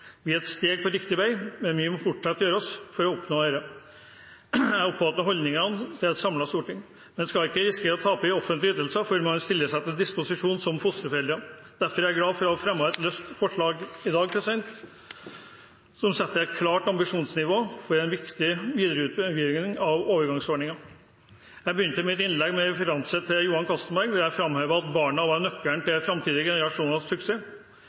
Vi er et steg på riktig vei, men mye må fortsatt gjøres for at vi skal oppnå det jeg oppfatter som holdningen til et samlet storting: Man skal ikke risikere å tape i offentlige ytelser fordi man stiller seg til disposisjon som fosterforeldre. Derfor er jeg glad for å ha fremmet et løst forslag i dag som setter et klart ambisjonsnivå for en viktig videreutvikling av overgangsordningen. Jeg begynte mitt innlegg med en referanse til Johan Castberg der han framhevet at barna var nøkkelen til framtidige generasjoners suksess.